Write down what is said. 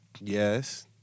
Yes